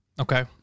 Okay